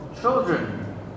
children